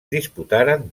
disputaren